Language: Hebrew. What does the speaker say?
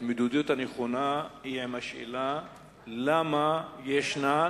ההתמודדות הנכונה היא עם השאלה למה ישנן,